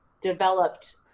developed